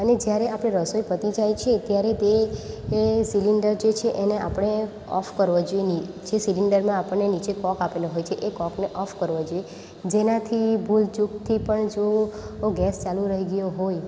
અને જ્યારે આપણે રસોઇ પતી જાય છે ત્યારે તે એ સિલિન્ડર જે છે એને આપણે ઓફ કરવો જોઈએ જે સિલિન્ડરમાં આપણને નીચે કોક આપેલો હોય છે એ કોકને ઓફ કરવો જોઈએ જેનાથી ભૂલચૂકથી પણ જો ગેસ ચાલુ રહી ગયો હોય